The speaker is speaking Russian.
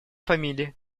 фамилии